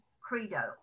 credo